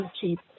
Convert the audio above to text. cheap